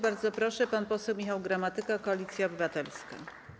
Bardzo proszę, pan poseł Michał Gramatyka, Koalicja Obywatelska.